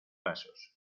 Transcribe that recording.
pasos